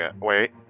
Wait